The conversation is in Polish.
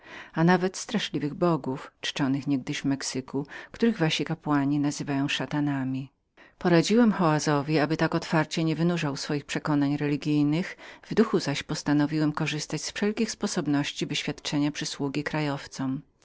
a nawet straszliwych bogów czczonych niegdyś w mexyku których wasi kapłani nazywają szatanami poradziłem xaozowi aby tak otwarcie nie wynurzał swoich zdań religijnych w duchu zaś postanowiłem korzystać z wszelkich sposobności wyświadczenia przysługi krajowcom